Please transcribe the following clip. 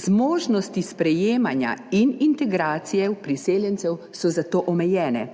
zmožnosti sprejemanja in integracije priseljencev so zato omejene.